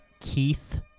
Keith